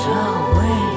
away